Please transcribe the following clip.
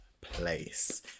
place